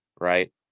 right